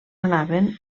anaven